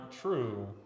true